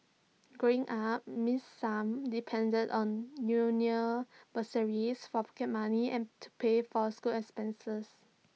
growing up miss sum depended on union bursaries for pocket money and to pay for school expenses